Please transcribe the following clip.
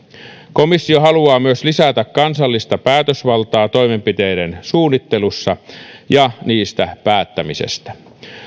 komissio haluaa myös lisätä kansallista päätösvaltaa toimenpiteiden suunnittelussa ja niistä päättämisessä